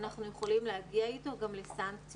אנחנו יכולים להגיע איתו גם לסנקציות.